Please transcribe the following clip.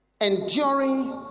Enduring